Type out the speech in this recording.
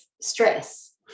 stress